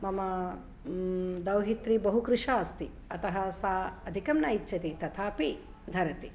ममा दौहित्री बहु कृषा अस्ति अतः सा अधिकं न इच्छति तथापि धरति